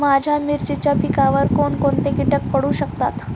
माझ्या मिरचीच्या पिकावर कोण कोणते कीटक पडू शकतात?